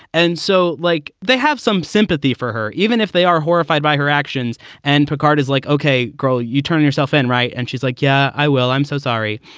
and so, like, they have some sympathy for her, even if they are horrified by her actions. and picard is like, ok, gro, you turn yourself in, right. and she's like, yeah, i well, i'm so sorry.